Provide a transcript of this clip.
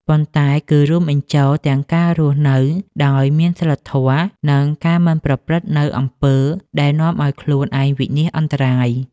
ប៉ុន្តែគឺរួមបញ្ចូលទាំងការរស់នៅដោយមានសីលធម៌ និងការមិនប្រព្រឹត្តនូវអំពើដែលនាំឱ្យខ្លួនឯងវិនាសអន្តរាយ។